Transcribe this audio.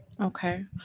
okay